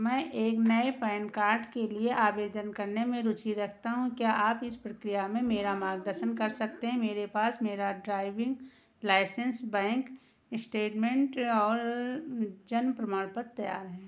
मैं एक नए पैन कार्ट के लिए आवेदन करने में रुचि रखता हूँ क्या आप इस प्रक्रिया में मेरा मार्गदर्शन कर सकते हैं मेरे पास मेरा ड्राइविंग लाइसेंस बैंक इस्टेटमेंट और जन्म प्रमाण पत्र तैयार है